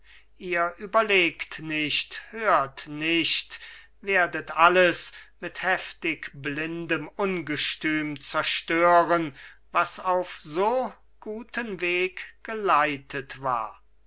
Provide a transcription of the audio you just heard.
ihr überlegt nicht hört nicht werdet alles mit heftig blindem ungstüm zerstören was auf so guten weg geleitet war